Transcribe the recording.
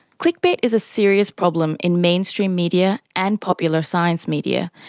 click bait is a serious problem in mainstream media and popular science media,